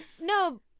no